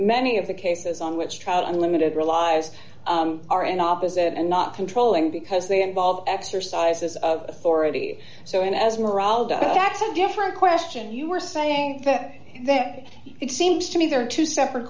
many of the cases on which trout unlimited relies are in opposite and not controlling because they involve exercises of authority so in as morale that's a different question you're saying that that it seems to me there are two separate